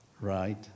right